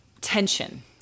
tension